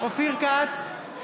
אופיר כץ,